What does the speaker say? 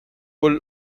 pull